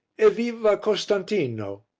evviva costantino!